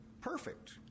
perfect